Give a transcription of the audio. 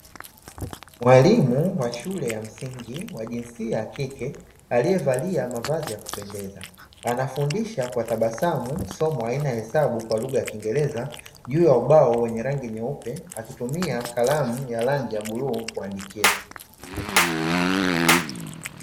Mwalimu washule ya msingi wa jinsia ya kike aliyevalia mavazi ya kupendeza, anafundisha kwa tabasamu somo aina ya hesabu kwa lugha ya kiingereza juu ya ubao wenye rangi nyeupe, akitumia kalamu ya rangi ya bluu kuandikia.